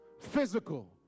physical